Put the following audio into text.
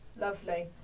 lovely